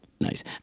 Nice